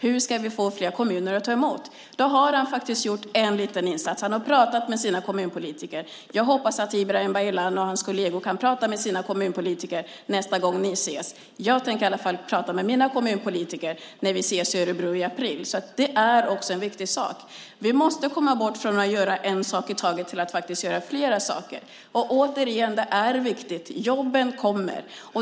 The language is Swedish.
Hur ska vi få fler kommuner att ta emot flyktingar? Han har faktiskt gjort en liten insats. Han har talat med sina kommunpolitiker. Jag hoppas att Ibrahim Baylan och hans kolleger kan tala med sina kommunpolitiker nästa gång de ses. Jag tänker i varje fall tala med mina kommunpolitiker när vi ses i Örebro i april. Det är också en viktig sak. Vi måste komma bort från att göra en sak i taget och i stället göra flera saker. Återigen är det viktigt att jobben kommer.